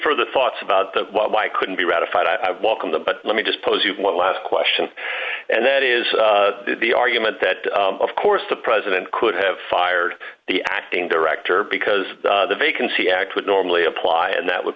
further thoughts about the why couldn't be ratified i welcome the but let me just pose you one last question and that is the argument that of course the president could have fired the acting director because the vacancy act would normally apply and that would